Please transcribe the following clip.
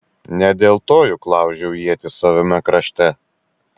ne dėl to juk laužiau ietis savame krašte